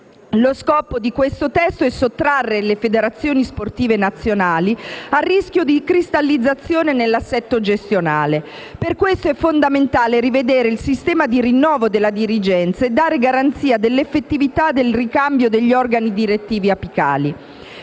Lo scopo di questo testo è sottrarre le federazioni sportive nazionali a rischio di cristallizzazione nell'assetto gestionale. Per questo è fondamentale rivedere il sistema di rinnovo della dirigenza e dare garanzia dell'effettività del ricambio degli organi direttivi apicali.